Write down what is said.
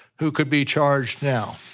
who could be charged now.